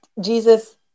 Jesus